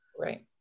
right